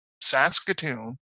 Saskatoon